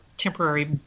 temporary